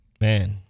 Man